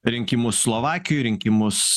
rinkimus slovakijoj rinkimus